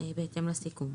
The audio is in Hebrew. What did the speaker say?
בהתאם לסיכום.